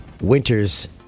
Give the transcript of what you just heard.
winter's